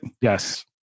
Yes